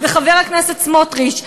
וחבר הכנסת סמוטריץ,